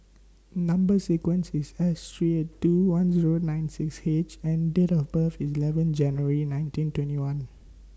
Number sequence IS S three eight two one Zero nine six H and Date of birth IS eleven January nineteen twenty one